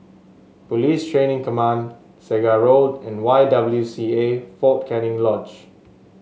Police Training Command Segar Road and Y W C A Fort Canning Lodge